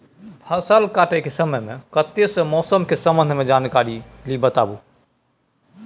फसल काटय के समय मे कत्ते सॅ मौसम के संबंध मे जानकारी ली बताबू?